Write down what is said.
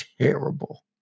terrible